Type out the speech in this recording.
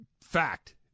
Fact